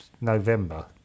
november